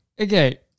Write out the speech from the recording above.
Okay